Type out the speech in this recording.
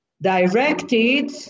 directed